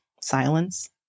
silence